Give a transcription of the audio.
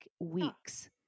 weeks